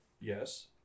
Yes